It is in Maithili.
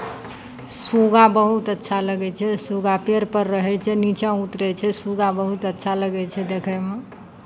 सूगा बहुत अच्छा लगै छै सूगा पेड़पर रहै छै नीचाँ उतरै छै सूगा बहुत अच्छा लगै छै देखैमे